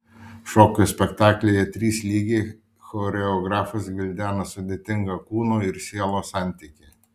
šokio spektaklyje trys lygiai choreografas gvildena sudėtingą kūno ir sielos santykį